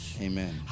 Amen